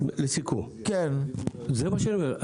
לסיכום, זה מה שאני אומר.